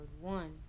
one